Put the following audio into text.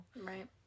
Right